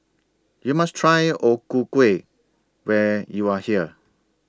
YOU must Try O Ku Kueh when YOU Are here